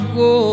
go